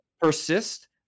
persist